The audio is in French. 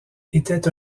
était